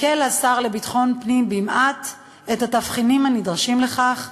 הקל השר לביטחון פנים במעט את התבחינים הנדרשים לכך,